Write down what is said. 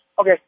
Okay